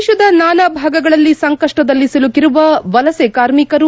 ದೇಶದ ನಾನಾ ಭಾಗಗಳಲ್ಲಿ ಸಂಕಷ್ಟದಲ್ಲಿ ಸಿಲುಕಿರುವ ವಲಸೆ ಕಾರ್ಮಿಕರು